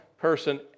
person